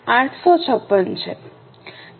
856 છે